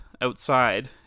outside